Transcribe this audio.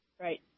Right